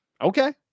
Okay